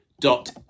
dot